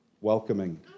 welcoming